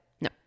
No